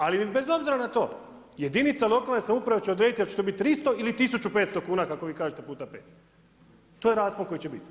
Ali i bez obzira na to, jedinica lokalne samouprave će odrediti hoće li to biti 300 ili 1500 kuna kako vi kažete puta 5. To je raspon koji će biti.